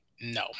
No